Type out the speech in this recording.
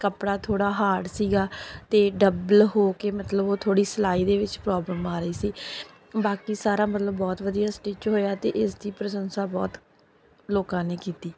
ਕੱਪੜਾ ਥੋੜ੍ਹਾ ਹਾਡ ਸੀਗਾ ਅਤੇ ਡੱਬਲ ਹੋ ਕੇ ਮਤਲਬ ਉਹ ਥੋੜ੍ਹੀ ਸਿਲਾਈ ਦੇ ਵਿੱਚ ਪ੍ਰੋਬਲਮ ਆ ਰਹੀ ਸੀ ਬਾਕੀ ਸਾਰਾ ਮਤਲਬ ਬਹੁਤ ਵਧੀਆ ਸਟਿਚ ਹੋਇਆ ਅਤੇ ਇਸਦੀ ਪ੍ਰਸ਼ੰਸਾ ਬਹੁਤ ਲੋਕਾਂ ਨੇ ਕੀਤੀ